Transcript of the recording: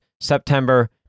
September